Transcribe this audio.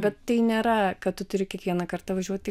bet tai nėra kad tu turi kiekvieną kartą važiuoti į